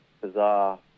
bizarre